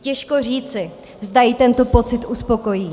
Těžko říci, zda ji tento pocit uspokojí.